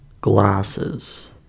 glasses